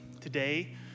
Today